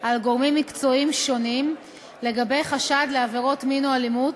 על גורמים מקצועיים שונים לגבי חשד לעבירת מין או אלימות